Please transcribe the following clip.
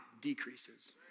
decreases